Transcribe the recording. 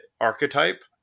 archetype